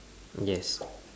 yes